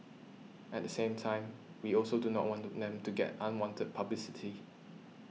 at the same time we also do not want to them to get unwanted publicity